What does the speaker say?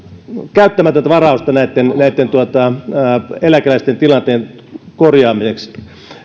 käyttämätöntä varausta eläkeläisten tilanteen korjaamiseksi